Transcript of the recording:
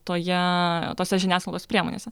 toje tose žiniasklaidos priemonėse